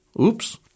Oops